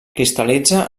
cristal·litza